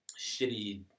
shitty